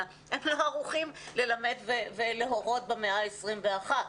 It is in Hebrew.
אלא הם לא ערוכים ללמד ולהורות במאה העשרים-ואחת,